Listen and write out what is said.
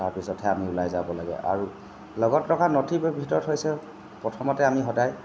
তাৰপিছতহে আমি ওলাই যাব লাগে আৰু লগত ৰখা নথি ভিতৰত হৈছে প্ৰথমতে আমি সদায়